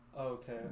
Okay